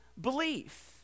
belief